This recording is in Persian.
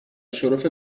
شرف